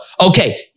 Okay